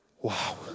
Wow